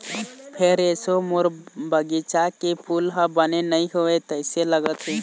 फेर एसो मोर बगिचा के फूल ह बने नइ होवय तइसे लगत हे